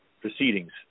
proceedings